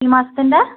ഈ മാസത്തിൻ്റെ